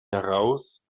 heraus